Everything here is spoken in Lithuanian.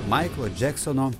maiklo džeksono